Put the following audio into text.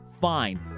Fine